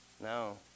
No